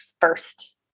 first